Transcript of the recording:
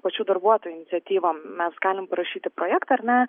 pačių darbuotojų iniciatyvom mes galim parašyti projektą ar ne